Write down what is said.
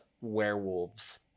werewolves